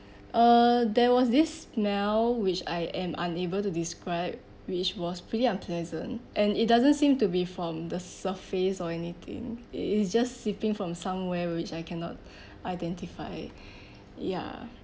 uh there was this smell which I am unable to describe which was pretty unpleasant and it doesn't seem to be from the surface or anything it's just seeping from somewhere which I cannot identify it ya